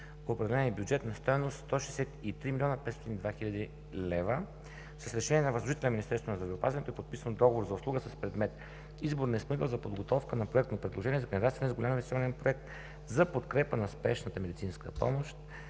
по определен бюджет на стойност 163 млн. 502 хил. лв. С решение на Министерството на здравеопазването е подписан договор за услуга с предмет „Избор на изпълнител за подготовка на проектно предложение за кандидатстване с голям инвестиционен проект за подкрепа на Спешната медицинска помощ